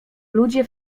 ludzie